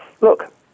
look